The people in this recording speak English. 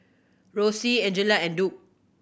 Roxie Angela and Duke